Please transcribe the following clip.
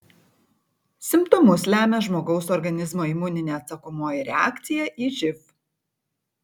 simptomus lemia žmogaus organizmo imuninė atsakomoji reakcija į živ